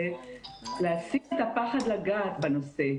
זה להפסיק את הפחד לגעת בנושא,